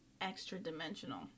extra-dimensional